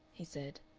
he said.